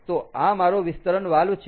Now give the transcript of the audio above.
તો આ મારો વિસ્તરણ વાલ્વ છે